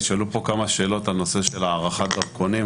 נשאלו פה כמה שאלות על הנושא של הארכת דרכונים,